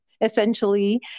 essentially